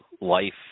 life